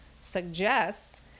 suggests